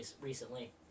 recently